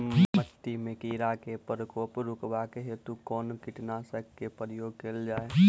माटि मे कीड़ा केँ प्रकोप रुकबाक हेतु कुन कीटनासक केँ प्रयोग कैल जाय?